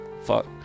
Fuck